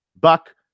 Buck